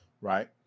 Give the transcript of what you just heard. right